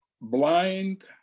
blind